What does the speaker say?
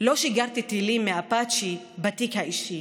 / לא שיגרתי טילים מאפאצ'י בתיק האישי,